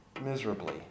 Miserably